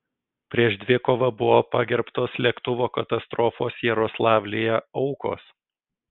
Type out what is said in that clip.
prieš dvikovą buvo pagerbtos lėktuvo katastrofos jaroslavlyje aukos